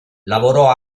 lavorò